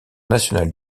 national